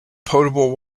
potable